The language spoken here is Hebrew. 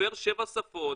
שמדבר שבע שפות,